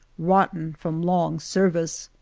rotten from long service.